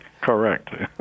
correct